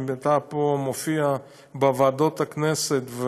אם אתה מופיע בוועדות הכנסת,